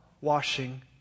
washing